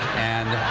and